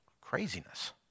Craziness